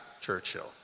Churchill